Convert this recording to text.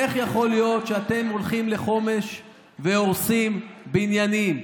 איך יכול להיות שאתם הולכים לחומש והורסים בניינים,